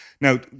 Now